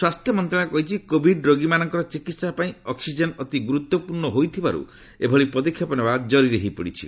ସ୍ୱାସ୍ଥ୍ୟ ମନ୍ତ୍ରଣାଳୟ କହିଛି କୋଭିଡ ରୋଗୀମାନଙ୍କର ଚିକିତ୍ସା ପାଇଁ ଅକ୍ସିଜେନ୍ ଅତି ଗୁରୁତ୍ୱପୂର୍ଣ୍ଣ ହୋଇଥିବାରୁ ଏଭଳି ପଦକ୍ଷେପ ନେବା ଜରୁରୀ ହୋଇପଡିଛି